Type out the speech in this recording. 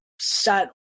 set